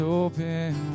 open